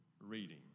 reading